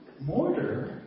Mortar